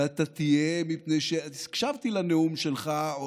ואתה תהיה, מפני שהקשבתי לנאום שלך.